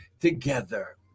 together